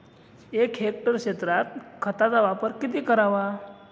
एक हेक्टर क्षेत्रात खताचा वापर किती करावा?